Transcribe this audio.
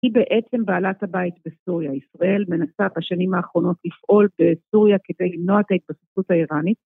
היא בעצם בעלת הבית בסוריה, ישראל מנסה בשנים האחרונות לפעול בסוריה כדי למנוע את ההתבססות היראנית.